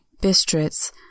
Bistritz